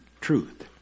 truth